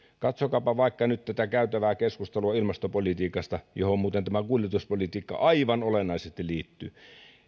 katsokaapa vaikka nyt tätä käytävää keskustelua ilmastopolitiikasta johon muuten tämä kuljetuspolitiikka aivan olennaisesti liittyy